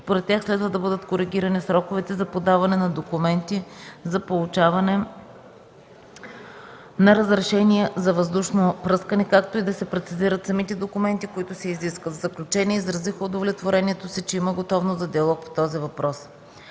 Според тях следва да бъдат коригирани сроковете за подаване на документи за получаване на разрешение за въздушно пръскане, както и да се прецизират самите документи, които се изискват. В заключение изразиха удовлетворението си, че има готовност за диалог по този въпрос.